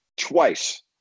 twice